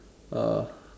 uh